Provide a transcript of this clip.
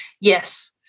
Yes